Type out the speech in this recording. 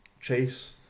chase